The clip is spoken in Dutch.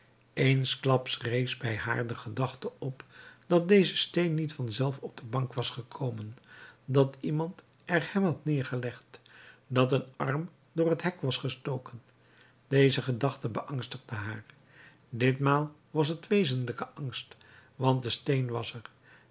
eensklaps rees bij haar de gedachte op dat deze steen niet vanzelf op de bank was gekomen dat iemand er hem had neergelegd dat een arm door het hek was gestoken deze gedachte beangstigde haar ditmaal was het wezenlijke angst want de steen was